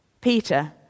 Peter